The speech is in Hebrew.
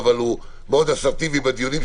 אז זה מחייב אותי לבדוק את זה מול